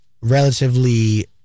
relatively